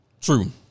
True